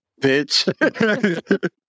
bitch